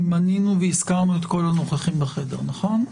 מנינו והזכרנו את כל הנוכחים בחדר, נכון?